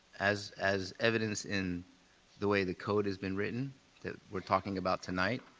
as as evidenced in the way the code has been written that we are talking about tonight.